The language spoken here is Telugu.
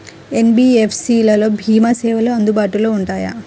ఎన్.బీ.ఎఫ్.సి లలో భీమా సేవలు అందుబాటులో ఉంటాయా?